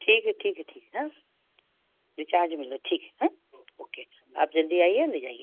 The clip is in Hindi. ठीक है ठीक है ठीक है हाँ रिचार्ज मिले ठीक है हाँ ओके आप जैसे ही आइए ले जाइए